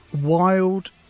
wild